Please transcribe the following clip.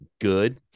good